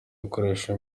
gukoresha